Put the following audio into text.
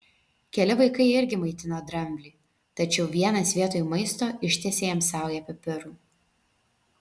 keli vaikai irgi maitino dramblį tačiau vienas vietoj maisto ištiesė jam saują pipirų